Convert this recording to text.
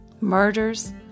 murders